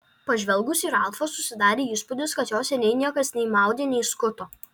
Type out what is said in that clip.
pažvelgus į ralfą susidarė įspūdis kad jo seniai niekas nei maudė nei skuto